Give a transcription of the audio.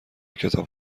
کتاب